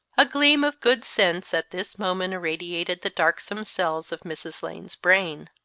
a gleam of good sense at this moment irradiated the darksome cells of mrs. lane's brain.